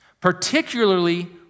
Particularly